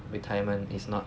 retirement is not